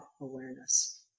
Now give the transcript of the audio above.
awareness